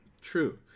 True